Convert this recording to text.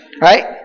right